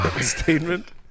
statement